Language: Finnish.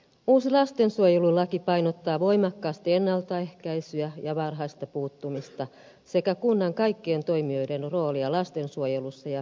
uusi lastensuojelulaki painottaa voimakkaasti ennaltaehkäisyä ja varhaista puuttumista sekä kunnan kaikkien toimijoiden roolia lastensuojelussa ja hyvinvoinnin edistämisessä